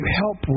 help